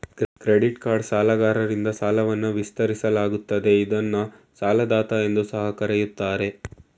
credit card ಸಾಲಗಾರರಿಂದ ಸಾಲವನ್ನ ವಿಸ್ತರಿಸಲಾಗುತ್ತದೆ ಇದ್ನ ಸಾಲದಾತ ಎಂದು ಸಹ ಕರೆಯುತ್ತಾರೆ